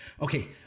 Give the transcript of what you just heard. Okay